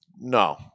No